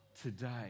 today